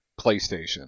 PlayStation